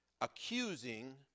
accusing